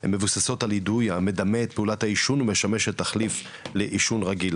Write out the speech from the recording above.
הם מבוססות על אידוי המדמה את פעולת העישון ומשמשת תחליף לעישון רגיל.